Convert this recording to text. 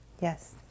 Yes